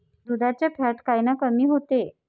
दुधाचं फॅट कायनं कमी होते?